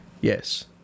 yes